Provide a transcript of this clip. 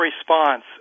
response